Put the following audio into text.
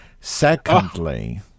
secondly